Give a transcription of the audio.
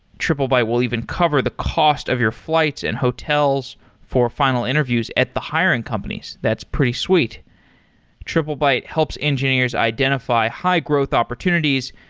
triplebyte will even cover the cost of your flights and hotels for final interviews at the hiring companies. that's pretty sweet triplebyte helps engineers identify high-growth opportunities,